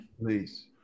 Please